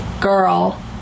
girl